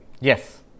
Yes